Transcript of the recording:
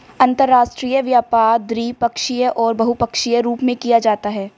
अंतर्राष्ट्रीय व्यापार द्विपक्षीय और बहुपक्षीय रूप में किया जाता है